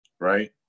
right